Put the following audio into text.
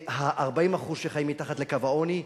וה-40% שחיים מתחת לקו העוני,